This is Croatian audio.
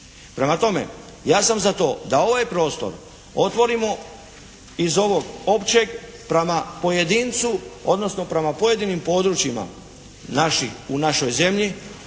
Prema tome, ja sam za to da ovaj prostor otvorimo iz ovog općeg prema pojedincu, odnosno prema pojedinim područjima u našoj zemlji